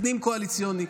פנים-קואליציוני,